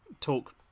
talk